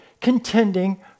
contending